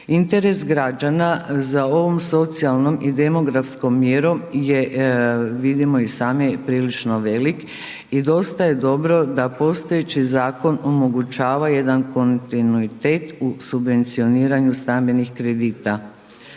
Interes građana za ovom socijalnom i demografskom mjerom je vidimo i sami prilično velik i dosta je dobro da postojeći zakon omogućava jedna kontinuitet u subvencioniranju stambenih kredita.